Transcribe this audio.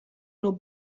nur